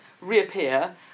reappear